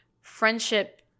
friendship